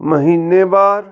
ਮਹੀਨੇਵਾਰ